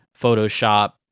Photoshop